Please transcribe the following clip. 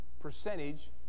Percentage